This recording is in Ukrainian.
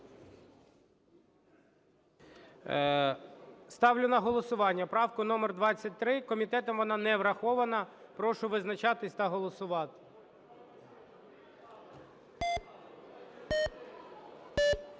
Ставлю на голосування правку номер 123, комітетом вона не врахована. Прошу визначатися та голосувати.